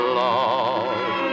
love